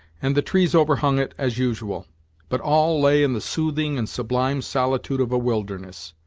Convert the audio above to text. and the trees overhung it as usual but all lay in the soothing and sublime solitude of a wilderness.